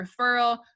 referral